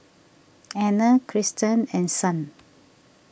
Anna Kristan and Son